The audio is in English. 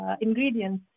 ingredients